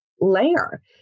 layer